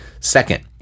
Second